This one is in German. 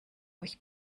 euch